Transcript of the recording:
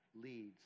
leads